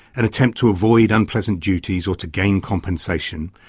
an attempt to avoid unpleasant duties or to gain compensation,